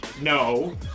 No